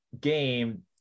game